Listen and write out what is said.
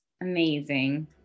amazing